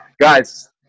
Guys